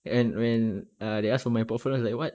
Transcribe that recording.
and when ah they ask for my portfolio I was like what